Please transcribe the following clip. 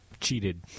cheated